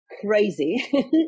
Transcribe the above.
crazy